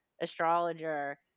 astrologer